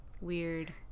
Weird